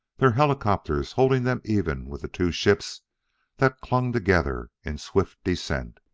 their helicopters holding them even with the two ships that clung together in swift descent.